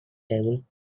table